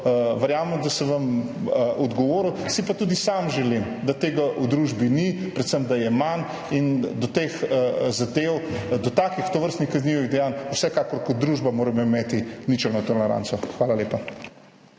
Verjamem, da sem vam odgovoril, si pa tudi sam želim, da tega v družbi ni, predvsem, da je manj. Do teh zadev, do tovrstnih kaznivih dejanj moramo kot družba vsekakor imeti ničelno toleranco. Hvala lepa.